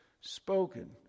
spoken